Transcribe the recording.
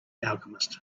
alchemist